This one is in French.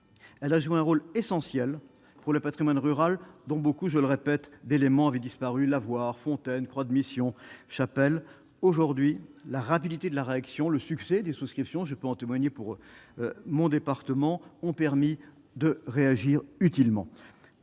elle a joué un rôle essentiel pour le Patrimoine rural dont beaucoup, je le répète, d'éléments avaient disparu, lavoirs, fontaines, croix de mission j'appelle aujourd'hui la rapidité de la réaction, le succès des souscriptions, je peux en témoigner pour mon département, ont permis de réagir utilement